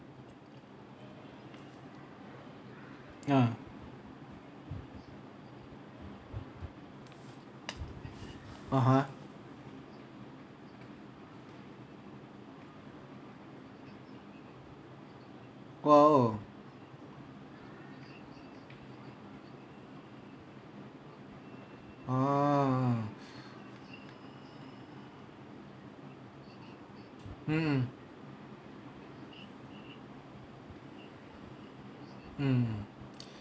uh (uh huh) !wow! ah mm mm